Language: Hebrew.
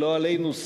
לא עלינו,